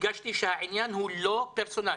הדגשתי שהעניין הוא לא פרסונלי,